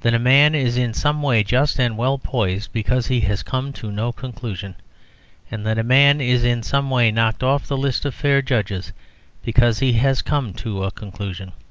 that a man is in some way just and well-poised because he has come to no conclusion and that a man is in some way knocked off the list of fair judges because he has come to a conclusion.